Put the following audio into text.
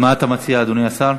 מה אתה מציע, אדוני השר?